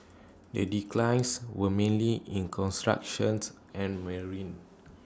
the declines were mainly in constructions and marine